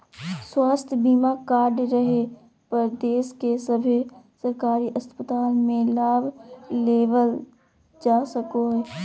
स्वास्थ्य बीमा कार्ड रहे पर देश के सभे सरकारी अस्पताल मे लाभ लेबल जा सको हय